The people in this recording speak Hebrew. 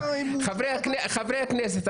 חברי הכנסת,